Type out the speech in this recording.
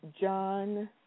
John